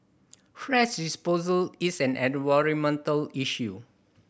thrash disposal is an issue